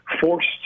forced